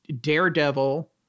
daredevil